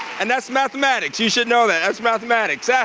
and that's mathematics you should know that, that's mathematics. yeah